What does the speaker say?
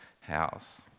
house